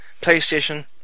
PlayStation